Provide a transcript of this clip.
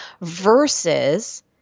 versus